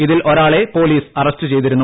ഇതിൽ ഒരാളെ police arrest ചെയ്തിരുന്നു